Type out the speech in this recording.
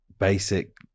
basic